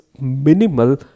minimal